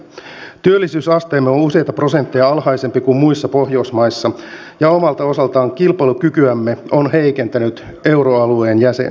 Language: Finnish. työllisyysasteemme on useita prosentteja alhaisempi kuin muissa pohjoismaissa ja omalta osaltaan kilpailukykyämme on heikentänyt euroalueen jäsenyys